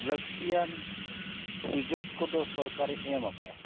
ᱞᱟᱹᱠᱛᱤᱭᱟᱱ ᱥᱩᱡᱳᱜᱽ ᱠᱚᱫᱚ ᱥᱚᱨᱠᱟᱨᱮ ᱮᱢ ᱟᱠᱟᱫᱼᱟ